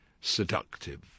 seductive